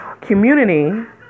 community